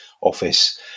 office